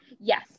Yes